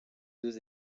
deux